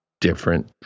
different